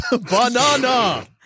Banana